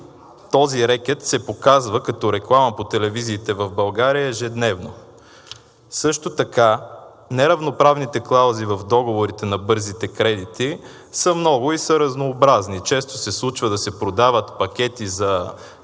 този рекет се показва като реклама по телевизиите в България ежедневно. Също така неравноправните клаузи в договорите за бързите кредити са много и са разнообразни. Често се случва да се продават пакети за